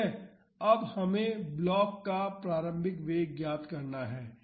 अतः अब हमें ब्लॉक का प्रारंभिक वेग ज्ञात करना है